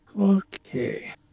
Okay